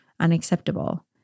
unacceptable